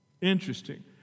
Interesting